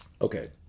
Okay